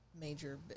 major